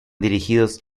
dirigidos